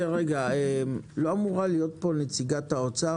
לא אמורה להיות כאן נציגת האוצר?